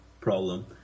problem